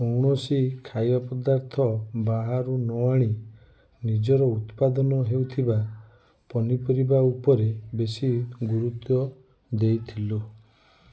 କୌଣସି ଖାଇବା ପଦାର୍ଥ ବାହାରୁ ନ ଆଣି ନିଜର ଉତ୍ପାଦନ ହେଉଥିବା ପନିପରିବା ଉପରେ ବେଶୀ ଗୁରୁତ୍ୱ ଦେଇଥିଲୁ